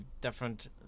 different